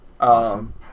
Awesome